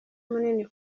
munini